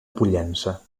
pollença